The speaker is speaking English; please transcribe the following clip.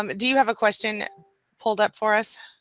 um do you have a question pulled up for us?